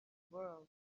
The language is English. world